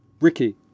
Ricky